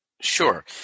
Sure